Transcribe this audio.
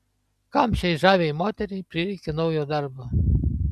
kam šiai žaviai moteriai prireikė naujo darbo